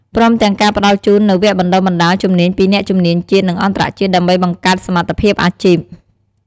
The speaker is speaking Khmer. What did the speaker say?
ព្រមទាំងការផ្តល់ជូននូវវគ្គបណ្ដុះបណ្ដាលជំនាញពីអ្នកជំនាញជាតិ និងអន្តរជាតិ ដើម្បីបង្កើតសមត្ថភាពអាជីព។